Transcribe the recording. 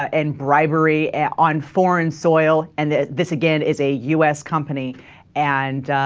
and bribery f on foreign soil and that this again is a u s company and